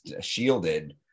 shielded